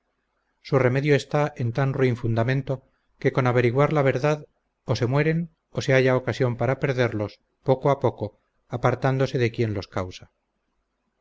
su remedio está en tan ruin fundamento que con averiguar la verdad o se mueren o se halla ocasión para perderlos poco a poco apartándose de quien los causa